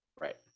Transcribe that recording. Right